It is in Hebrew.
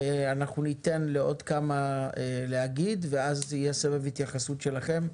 אנחנו ניתן לעוד כמה אנשים להתייחס ואז יהיה סבב התייחסות שלכם.